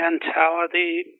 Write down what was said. mentality